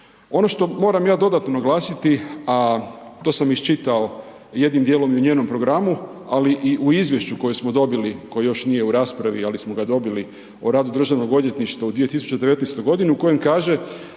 Ono što moram ja dodatno naglasiti a to sam iščitao jednim djelom i u njenom programu ali i u izvješću koje smo dobili koje još nije u raspravi, ali smo ga dobili o radu Državnog odvjetništva u 2019. g., u kojem kaže